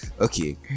okay